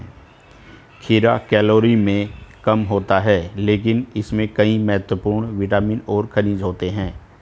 खीरा कैलोरी में कम होता है लेकिन इसमें कई महत्वपूर्ण विटामिन और खनिज होते हैं